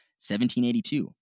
1782